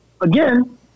again